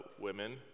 women